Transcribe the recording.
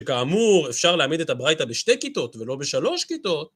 כאמור אפשר להעמיד את הברייתא בשתי כיתות ולא בשלוש כיתות.